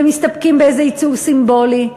ומסתפקים באיזה ייצוג סימבולי?